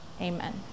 amen